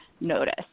notice